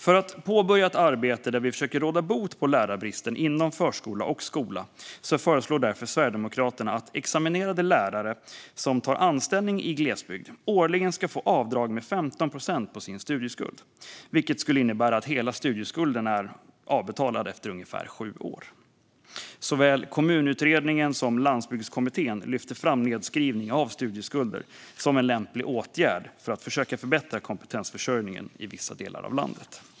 För att påbörja ett arbete där vi försöker råda bot på lärarbristen inom förskola och skola föreslår därför Sverigedemokraterna att examinerade lärare som tar anställning i glesbygd årligen ska få avdrag med 15 procent på sin studieskuld, vilket skulle innebära att hela studieskulden är avbetald efter ungefär sju år. Såväl Kommunutredningen som Landsbygdskommittén lyfter fram nedskrivning av studieskulder som en lämplig åtgärd för att försöka förbättra kompetensförsörjningen i vissa delar av landet.